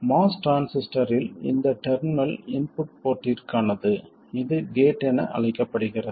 MOS டிரான்சிஸ்டரில் இந்த terminal input போர்ட்டிற்கானது இது கேட் என அழைக்கப்படுகிறது